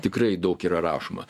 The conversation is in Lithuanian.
tikrai daug yra rašoma